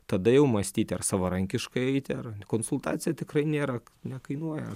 tada jau mąstyti ar savarankiškai eiti ar konsultacija tikrai nėra nekainuoja